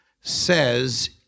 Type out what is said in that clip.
says